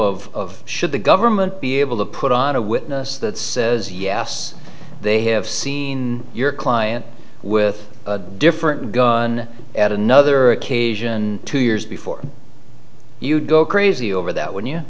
of should the government be able to put on a witness that says yes they have seen your client with a different gun at another occasion two years before you go crazy over that when you